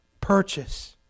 purchase